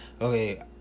Okay